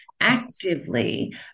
actively